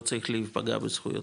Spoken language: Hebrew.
לא צריך להיפגע בזכויותיו,